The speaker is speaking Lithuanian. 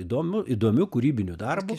įdomu įdomiu kūrybiniu darbu